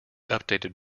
updated